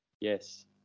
Yes